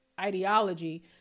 Ideology